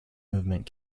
movement